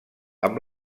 amb